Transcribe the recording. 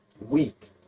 weak